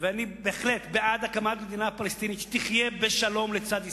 ואני בהחלט בעד הקמת מדינה פלסטינית שתחיה בשלום לצד ישראל.